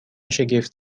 شگفت